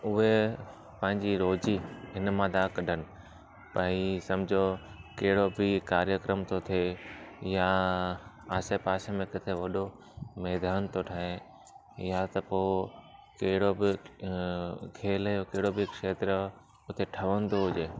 उहे पंहिंजी रोज़ी इनमां था कढनि भई सम्झो कहिड़ो बि कार्यक्रम थो थिए या आसे पासे में किथे वॾो मैदान थो ठहे या त पोइ कहिड़ो बि खेल जो कहिड़ो बि क्षेत्र हुते ठहंदो हुजे